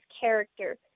character